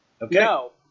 No